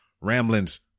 Ramblings